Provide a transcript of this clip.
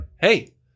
hey